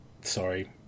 sorry